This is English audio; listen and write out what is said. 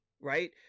right